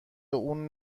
اون